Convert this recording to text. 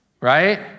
right